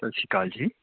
ਸਤਿ ਸ਼੍ਰੀ ਅਕਾਲ ਜੀ